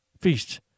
feasts